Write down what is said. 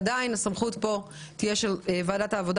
עדיין הסמכות כאן תהיה של ועדת העבודה